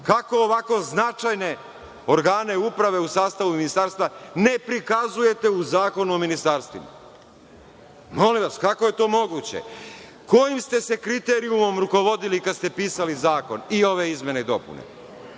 ovako značajne organe uprave u sastavu ministarstva ne prikazujete u Zakonu o ministarstvima? Molim vas, kako je to moguće? Kojim ste se kriterijumom rukovodili kada ste pisali zakon i ove izmene i dopune?